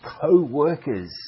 co-workers